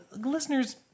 listeners